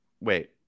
wait